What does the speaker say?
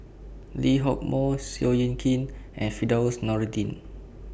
Lee Hock Moh Seow Yit Kin and Firdaus Nordin